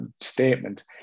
statement